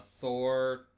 Thor